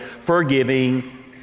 forgiving